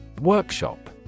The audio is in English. Workshop